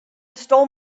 stole